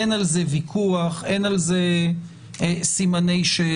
אין על זה ויכוח, אין על זה סימני שאלה.